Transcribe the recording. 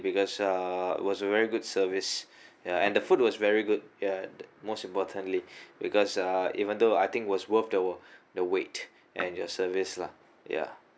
because uh was a very good service and the food was very good ya and most importantly because uh even though I think was worth the wait the wait and the service lah ya